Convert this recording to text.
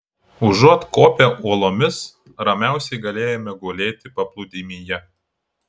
užuot kopę uolomis ramiausiai galėjome gulėti paplūdimyje